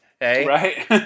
Right